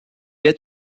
est